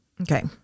Okay